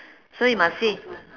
so you must see